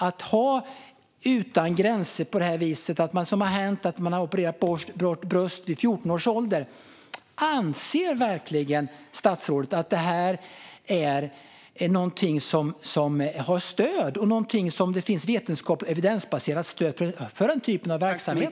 Att ha det på det här viset, utan gränser, har lett till att man opererat bort bröst på 14-åringar. Anser verkligen statsrådet att det finns vetenskapligt och evidensbaserat stöd för den typen av verksamhet?